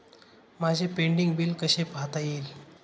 माझे pending bill कसे पाहता येईल?